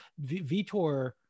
Vitor